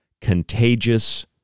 contagious